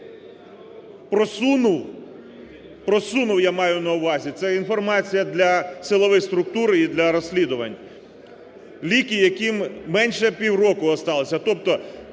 просунув, я маю на увазі, це інформація для силових структур і для розслідувань – ліки, яким вже менше півроку осталося.